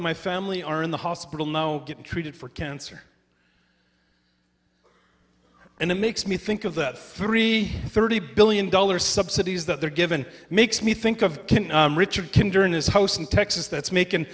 family are in the hospital now getting treated for cancer and it makes me think of that three thirty billion dollar subsidies that they're given makes me think of richard can during his house in texas that's making